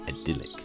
idyllic